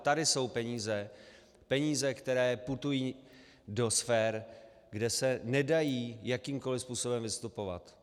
Tady jsou peníze, peníze, které putují do sfér, kde se nedají jakýmkoli způsobem vystopovat.